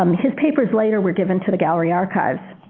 um his papers later were given to the gallery archives.